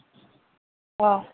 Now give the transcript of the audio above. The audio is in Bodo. औ